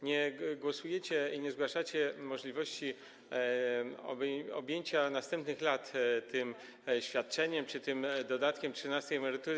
Nie głosujecie, nie zgłaszacie możliwości objęcia następnych lat tym świadczeniem, tym dodatkiem trzynastej emerytury.